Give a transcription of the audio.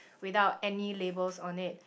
without any labels on it